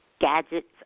gadgets